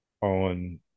on